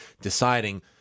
deciding